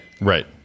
Right